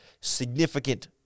significant